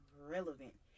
relevant